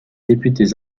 députés